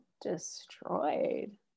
destroyed